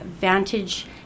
Vantage